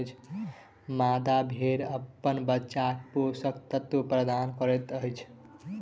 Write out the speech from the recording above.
मादा भेड़ अपन बच्चाक पोषक तत्व प्रदान करैत अछि